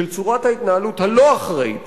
של צורת ההתנהלות הלא-אחראית